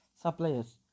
suppliers